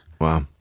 wow